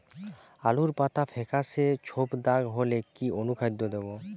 আলুর পাতা ফেকাসে ছোপদাগ হলে কি অনুখাদ্য দেবো?